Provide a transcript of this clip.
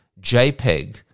jpeg